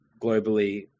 globally